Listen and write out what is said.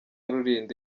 rulindo